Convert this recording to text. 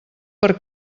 per